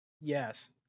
Yes